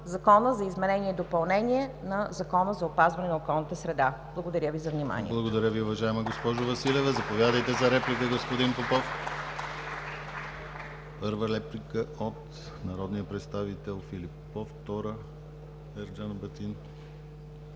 Закона за изменение и допълнение на Закона за опазване на околната среда. Благодаря Ви за вниманието!